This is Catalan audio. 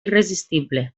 irresistible